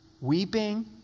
weeping